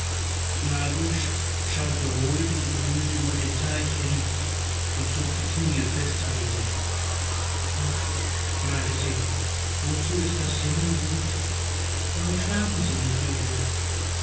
margusch schaute ruhig und müde über den teich hin und zog die knie fester an sich ach meinte sie wozu ist das singen gut warum schlafen sie nicht jungherr